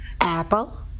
Apple